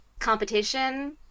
competition